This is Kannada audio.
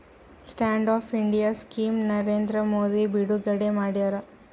stand up India scheme Narendra Modi ಬಿಡುಗಡೆ ಮಾಡ್ಯಾರ